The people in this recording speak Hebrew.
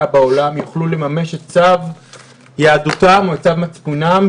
בעולם יוכלו לממש את צו יהדותם או את צו מצפונם,